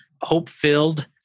hope-filled